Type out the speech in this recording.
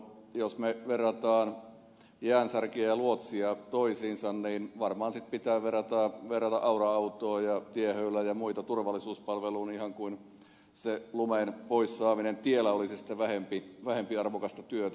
jos me vertaamme jäänsärkijää ja luotsia toisiinsa niin varmaan sitten pitää verrata aura autoa ja tiehöylää ja muita turvallisuuspalveluun ihan niin kuin se lumen pois saaminen tieltä olisi sitten vähemmän arvokasta työtä